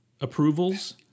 approvals